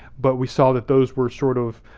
but we saw that those were sort of,